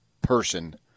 person